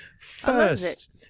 first